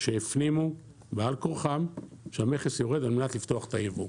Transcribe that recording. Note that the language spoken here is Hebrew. שהפנימו בעל כורחם שהמכס יורד על מנת לפתוח את הייבוא.